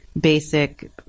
basic